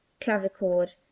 clavichord